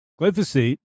glyphosate